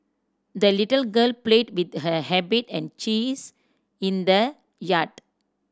the little girl played with her and cheese in the yard